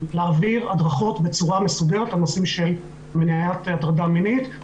להעביר הדרכות בצורה מסודרת על נושאים של מניעת הטרדה מינית.